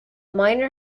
miner